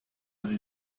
sie